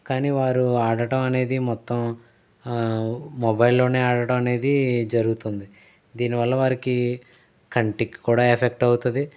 కాని వారు ఆడటం అనేది మొత్తం మొబైల్ లోనే ఆడడం అనేది జరుగుతుంది దీనివల్ల వారికి కంటికి కూడా ఎఫెక్ట్ అవుతుంది